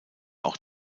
auch